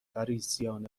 فَریسیان